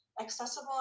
Accessible